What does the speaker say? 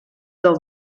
del